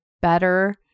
better